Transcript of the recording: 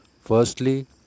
Firstly